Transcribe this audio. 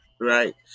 right